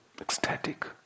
ecstatic